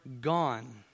gone